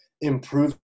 improve